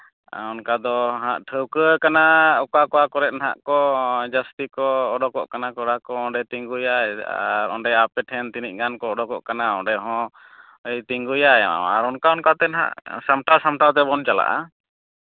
ᱚᱱᱠᱟ ᱫᱚ ᱦᱟᱸᱜ ᱴᱷᱟᱹᱣᱠᱟᱹ ᱠᱟᱱᱟ ᱚᱠᱟ ᱚᱠᱟ ᱠᱚᱨᱮᱫ ᱱᱟᱦᱟᱜ ᱠᱚ ᱡᱟᱹᱥᱛᱤ ᱠᱚ ᱚᱰᱳᱠᱚᱜ ᱠᱟᱱᱟ ᱠᱚᱲᱟ ᱠᱚ ᱚᱸᱰᱮ ᱛᱤᱸᱜᱩᱭᱟᱭ ᱟᱨ ᱚᱸᱰᱮ ᱟᱯᱮ ᱴᱷᱮᱱ ᱛᱤᱱᱟᱹᱜ ᱜᱟᱱ ᱠᱚ ᱚᱰᱳᱠᱚᱜ ᱠᱟᱱᱟ ᱚᱸᱰᱮ ᱦᱚᱸ ᱛᱤᱜᱩᱭᱟᱭ ᱟᱨ ᱚᱱᱠᱟ ᱚᱱᱠᱟᱛᱮ ᱱᱟᱦᱟᱜ ᱥᱟᱢᱴᱟᱣ ᱥᱟᱢᱴᱟᱣ ᱛᱮᱵᱚᱱ ᱪᱟᱞᱟᱜᱼᱟ